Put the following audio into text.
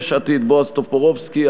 יש עתיד: בועז טופורובסקי.